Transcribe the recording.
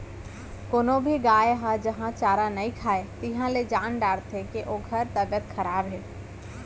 कोनो भी गाय ह जहॉं चारा नइ खाए तिहॉं ले जान डारथें के ओकर तबियत खराब हे